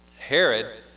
Herod